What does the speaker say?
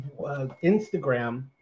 Instagram